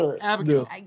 Abigail